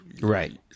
Right